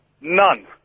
None